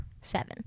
seven